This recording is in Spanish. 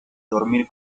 dormir